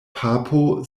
papo